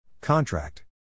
Contract